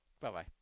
Bye-bye